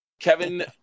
kevin